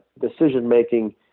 decision-making